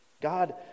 God